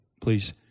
please